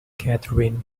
catherine